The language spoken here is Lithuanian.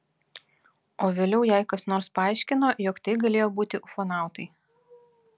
o vėliau jai kas nors paaiškino jog tai galėjo būti ufonautai